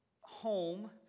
home